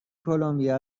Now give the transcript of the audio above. کلمبیا